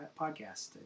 podcast